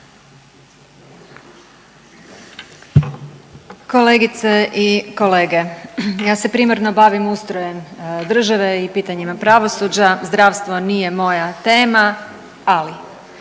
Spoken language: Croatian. Kolegice i kolege, ja se primarno bavim ustrojem države i pitanjima pravosuđa. Zdravstvo nije moja tema, ali